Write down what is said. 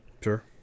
Sure